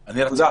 תודה.